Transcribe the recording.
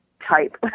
type